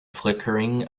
flickering